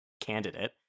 candidate